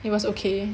it was okay